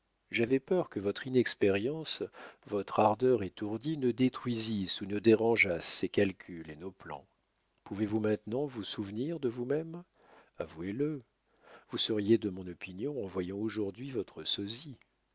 j'avais peur que votre inexpérience votre ardeur étourdie ne détruisissent ou ne dérangeassent ses calculs et nos plans pouvez-vous maintenant vous souvenir de vous-même avouez-le vous seriez de mon opinion en voyant aujourd'hui votre